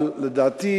אבל לדעתי